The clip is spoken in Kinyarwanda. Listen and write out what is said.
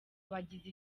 bagize